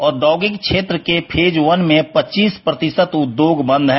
औद्योगिक क्षेत्र के फेज वन में पच्चीस प्रतिशत उद्योग बंद हैं